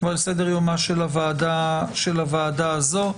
ועל סדר-יומה של הוועדה הזו.